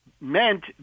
meant